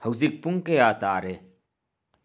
ꯍꯧꯖꯤꯛ ꯄꯨꯡ ꯀꯌꯥ ꯇꯥꯔꯦ